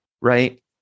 right